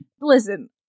Listen